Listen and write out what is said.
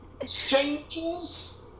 Exchanges